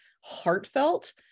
heartfelt